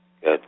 good